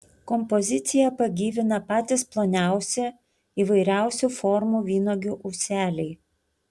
kompoziciją pagyvina patys ploniausi įvairiausių formų vynuogių ūseliai